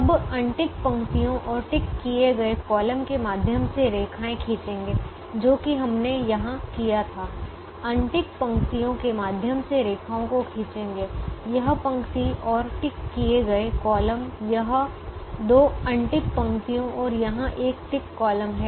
अब अनटिक पंक्तियों और टिक किए गए कॉलम के माध्यम से रेखाएँ खींचेगे जो कि हमने यहाँ किया था अनटिक पंक्तियों के माध्यम से रेखाओं को खींचेगे यह पंक्ति और टिक किए गए कॉलम यह दो अनटिक पंक्तियाँ और यहाँ एक टिक कॉलम है